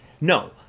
No